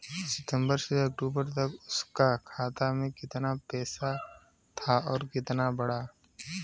सितंबर से अक्टूबर तक उसका खाता में कीतना पेसा था और कीतना बड़ा?